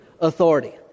authority